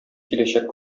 киләчәк